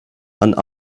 and